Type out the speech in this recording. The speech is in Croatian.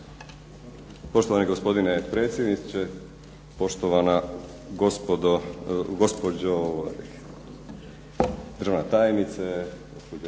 Poštovani gospodine predsjedniče, poštovana gospođo državna tajnice